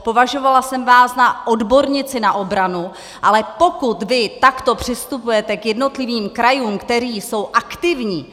Považovala jsem vás za odbornici na obranu, ale pokud vy takto přistupujete k jednotlivým krajům, které jsou aktivní...